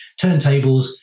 turntables